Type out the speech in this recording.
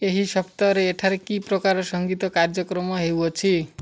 ଏହି ସପ୍ତାହରେ ଏଠାରେ କି ପ୍ରକାର ସଂଗୀତ କାର୍ଯ୍ୟକ୍ରମ ହେଉଅଛି